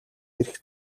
эрх